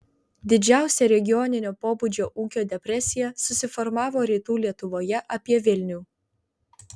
didžiausia regioninio pobūdžio ūkio depresija susiformavo rytų lietuvoje apie vilnių